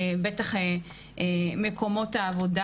בטח מקומות העבודה.